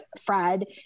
Fred